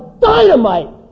dynamite